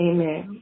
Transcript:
Amen